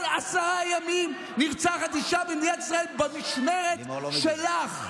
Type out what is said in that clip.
כל עשרה ימים נרצחת אישה במדינת ישראל במשמרת שלך.